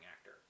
Actor